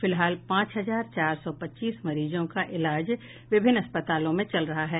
फिलहाल पांच हजार चार सौ पच्चीस मरीजों का इलाज विभिन्न अस्पतालों में चल रहा है